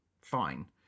Fine